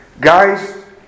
Guys